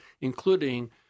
including